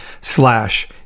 slash